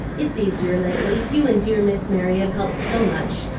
it's easier lately you and dear miss mary have helped so much,